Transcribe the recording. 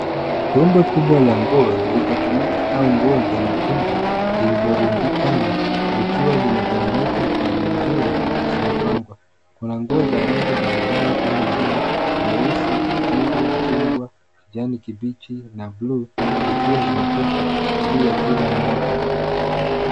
Rundo kubwa la nguo zilizotumika au nguo za mitumba zilizorundikana zikiwa zimetawanyika kwa njia isiyopangwa. Kuna nguo za rangi mbalimbali kama vile nyeusi, kijivu, chungwa, kijani kibichi na blue zikiwa zimetupwa juu ya kila moja.